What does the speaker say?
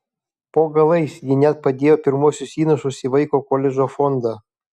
po galais ji net padėjo pirmuosius įnašus į vaiko koledžo fondą